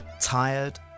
Tired